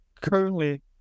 currently